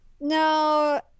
No